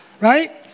right